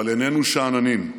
אבל איננו שאננים,